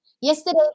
Yesterday